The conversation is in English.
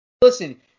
Listen